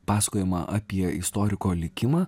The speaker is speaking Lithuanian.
pasakojimą apie istoriko likimą